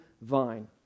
vine